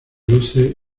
luce